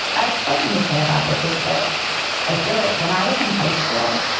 i've spoken to kay about this, is that i feel like when i was in high school,